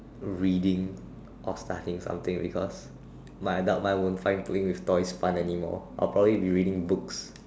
reading or studying something because my adult won't find playing with toys fun anymore I'll probably be reading books